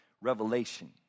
revelation